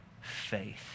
faith